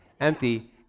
empty